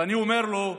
ואני אומר לו: